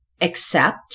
accept